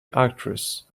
actress